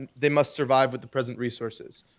they must survive with the present resources.